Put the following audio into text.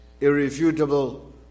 irrefutable